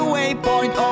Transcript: Waypoint